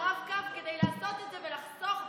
לרב-קו כדי לעשות את זה ולחסוך ב-10.90,